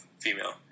female